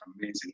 amazing